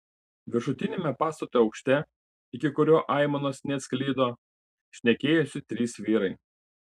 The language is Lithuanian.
viršutiniame pastato aukšte iki kurio aimanos neatsklido šnekėjosi trys vyrai